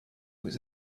was